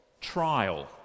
trial